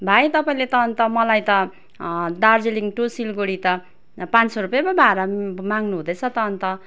भाइ तपाईँले त अन्त मलाई त दार्जिलिङ टु सिलगढी त पाँच सय रुपियाँ पो भाडा माग्नुहुँदैछ त अन्त